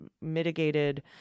mitigated